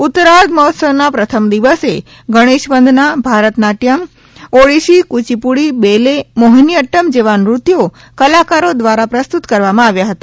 ઉત્તરાર્ધ ઉત્સવના પ્રથમ દિવસે ગણેશવંદના ભરતનાટ્યમ ઓડીસી કચીપુડી બેલે મોહિનીઅદૃમ જેવા નૃત્યો કલાકારો દ્વારા પ્રસ્તુત કરવામાં આવ્યા હતા